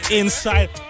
inside